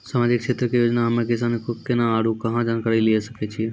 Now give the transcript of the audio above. समाजिक क्षेत्र के योजना हम्मे किसान केना आरू कहाँ जानकारी लिये सकय छियै?